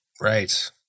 Right